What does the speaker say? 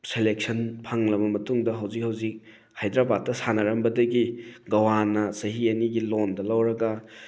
selection ꯐꯪꯂꯕ ꯃꯇꯨꯡꯗ ꯍꯧꯖꯤꯛ ꯍꯧꯖꯤꯛ ꯍꯥꯏꯗ꯭ꯔꯕꯥꯠꯇ ꯁꯥꯟꯅꯔꯝꯕꯗꯒꯤ ꯒꯧꯋꯥꯅ ꯆꯍꯤ ꯑꯅꯤꯒꯤ ꯂꯣꯟꯗ ꯂꯧꯔꯒ